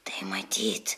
tai matyt